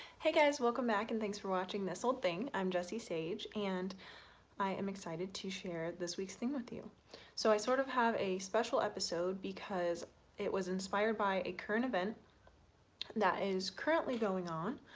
hey guys welcome back and thanks for watching this olde thing. i'm jesse sage and i am excited to share this week's thing with you so i sort of have a special episode because it was inspired by a current event that is currently going on